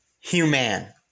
Human